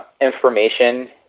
information